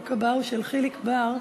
החוק הבא הוא של חיליק בר,